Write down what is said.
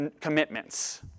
commitments